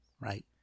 right